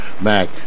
Mac